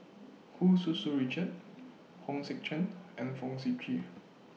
Hu Tsu Tau Richard Hong Sek Chern and Fong Sip Chee